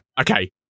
Okay